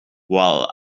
while